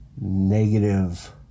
negative